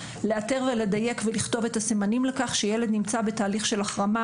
לאתר ולדייק ולכתוב את הסימנים לכך שילד נמצא בתהליך של החרמה,